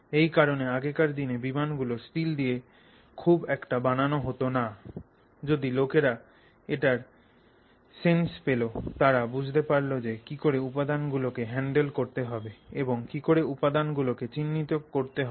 এই কারণে আগেকার দিনে বিমানগুলো স্টিল দিয়ে খুব একটা বানানো হোতো না যখন লোকেরা এটার সেন্স পেলো তারা বুঝতে পারলো কিকরে উপাদান গুলোকে হ্যান্ডেল করতে হবে এবং কিকরে উপাদান গুলোকে চিহ্নিত করতে হবে